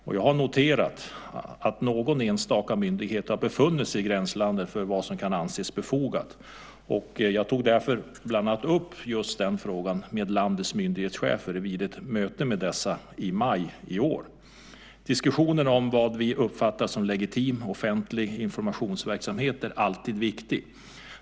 Jag har dock noterat att någon enstaka myndighet har befunnit sig i gränslandet för vad som kan anses befogat, och jag tog därför upp bland annat den frågan med landets myndighetschefer vid ett möte med dem i maj i år. Diskussionen om vad vi uppfattar som legitim offentlig informationsverksamhet är alltid viktig.